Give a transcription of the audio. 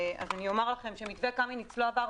לא עבר,